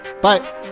Bye